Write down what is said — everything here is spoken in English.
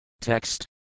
Text